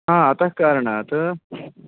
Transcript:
अतः कारणात्